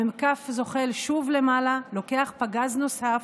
המ"כ זוחל שוב למעלה, לוקח פגז נוסף,